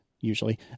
usually